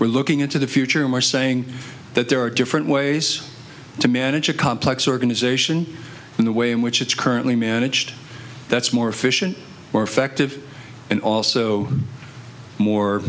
we're looking into the future and we're saying that there are different ways to manage a complex organization in the way in which it's currently managed that's more efficient more effective and also more